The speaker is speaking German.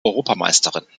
europameisterin